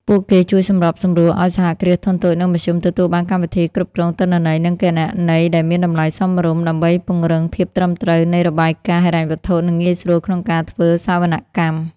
ពួកគេជួយសម្របសម្រួលឱ្យ សហគ្រាសធុនតូច និងមធ្យម ទទួលបានកម្មវិធីគ្រប់គ្រងទិន្នន័យ និងគណនេយ្យដែលមានតម្លៃសមរម្យ ដើម្បីពង្រឹងភាពត្រឹមត្រូវនៃរបាយការណ៍ហិរញ្ញវត្ថុ និងងាយស្រួលក្នុងការធ្វើសវនកម្ម។